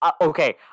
Okay